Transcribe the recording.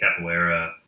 capoeira